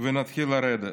ונתחיל לרדת.